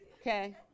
Okay